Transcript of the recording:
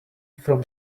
from